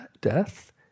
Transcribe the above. death